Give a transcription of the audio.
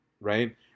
Right